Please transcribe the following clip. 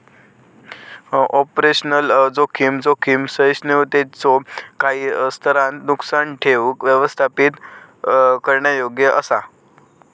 operational जोखीम, जोखीम सहिष्णुतेच्यो काही स्तरांत नुकसान ठेऊक व्यवस्थापित करण्यायोग्य असा